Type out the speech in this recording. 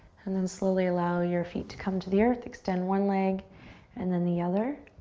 and then slowly allow your feet to come to the earth. extend one leg and then the other.